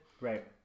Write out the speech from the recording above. Right